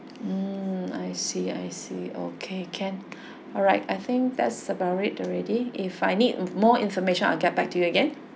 mm I see I see okay can alright I think that's about it already if I need more information I get back to you again